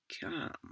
Come